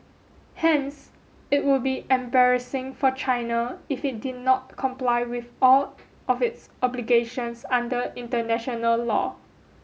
hence it would be embarrassing for China if it did not comply with all of its obligations under international law